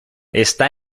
está